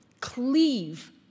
cleave